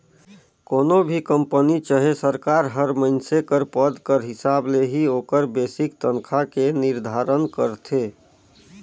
कोनो भी कंपनी चहे सरकार हर मइनसे कर पद कर हिसाब ले ही ओकर बेसिक तनखा के निरधारन करथे